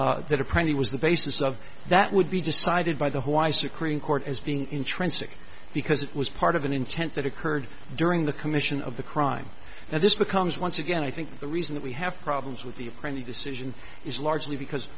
statute that are pretty was the basis of that would be decided by the why's a cream court as being intrinsic because it was part of an intent that occurred during the commission of the crime and this becomes once again i think the reason that we have problems with the apprentice decision is largely because